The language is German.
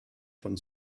von